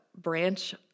branch